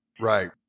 Right